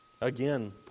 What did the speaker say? Again